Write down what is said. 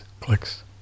clicks